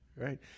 right